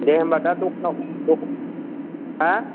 दे होमबा दा दखानाव दखान हा